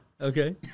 Okay